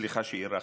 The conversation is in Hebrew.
סליחה שהארכתי.